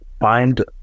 find